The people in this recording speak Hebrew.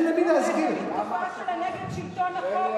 את התקופה של נגד שלטון החוק,